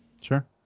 Sure